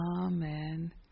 amen